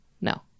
No